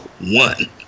one